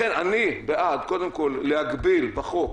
לכן אני בעד קודם כול להגביל בחוק